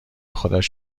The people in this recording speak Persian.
خودش